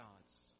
gods